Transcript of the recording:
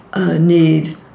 need